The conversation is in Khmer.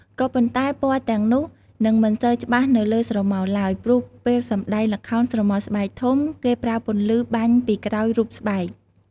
ក៏ប៉ុន្តែ ពណ៌ទាំងនោះនឹងមិនសូវច្បាស់នៅលើស្រមោលឡើយ ព្រោះពេលសម្តែងល្ខោនស្រមោលស្បែកធំ គេប្រើពន្លឺបាញ់ពីក្រោយរូបស្បែក។